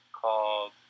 called